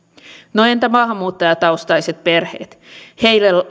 no entä maahanmuuttajataustaiset perheet heille